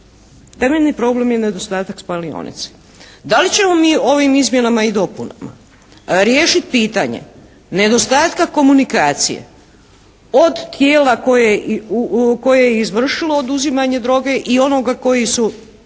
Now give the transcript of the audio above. Temeljni problem je nedostatak spalionice. Da li ćemo mi ovim izmjenama i dopunama riješiti pitanje nedostatka komunikacije od tijela koje je izvršilo oduzimanje droge i onoga koji su